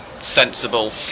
sensible